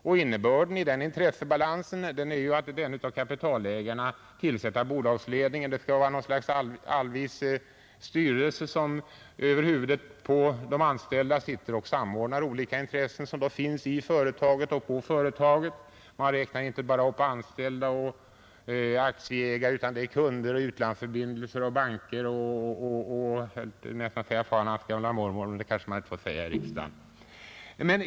Och innebörden i den intressebalansen är att den av kapitalägarna tillsatta bolagsledningen skall vara något slags allvis styrelse som över huvudet på de anställda samordnar olika intressen som finns i företaget och på företaget. Man räknar inte bara upp anställda och aktieägare, utan kunder, utlandsförbindelser, banker och fan och hans gamla mormor — hade jag tänkt säga, men det kanske man inte får säga i riksdagen.